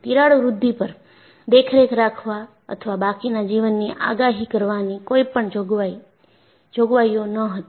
તિરાડ વૃદ્ધિ પર દેખરેખ રાખવા અથવા બાકીના જીવનની આગાહી કરવાની કોઈપણ જોગવાઈઓ ન હતી